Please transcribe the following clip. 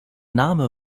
name